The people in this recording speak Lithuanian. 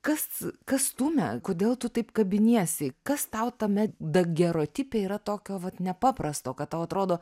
kas kas stumia kodėl tu taip kabiniesi kas tau tame dagerotipe yra tokio vat nepaprasto kad tau atrodo